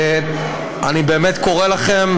אני באמת קורא לכם,